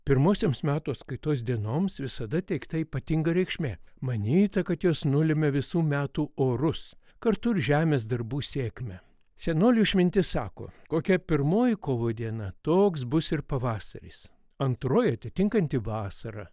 pirmosioms metų atskaitos dienoms visada teikta ypatinga reikšmė manyta kad jos nulemia visų metų orus kartu ir žemės darbų sėkmę senolių išmintis sako kokia pirmoji kovo diena toks bus ir pavasaris antroji atitinkanti vasarą